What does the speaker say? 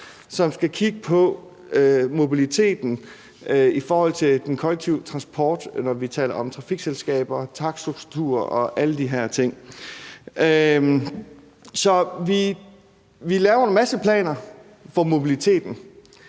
som skal kigge på mobiliteten i forhold til den kollektive transport, når vi taler om trafikselskaber, takststrukturer og alle de her ting. Så vi laver en masse planer for mobiliteten.